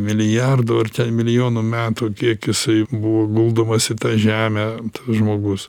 milijardų ar ten milijonų metų kiek jisai buvo guldomas į tą žemę žmogus